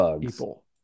people